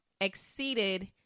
exceeded